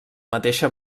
mateixa